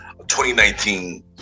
2019